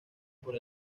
por